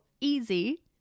easy